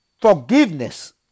forgiveness